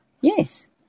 Yes